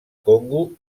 congo